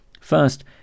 First